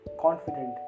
confident